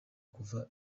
kuva